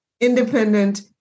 independent